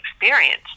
experience